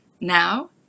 Now